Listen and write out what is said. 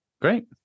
great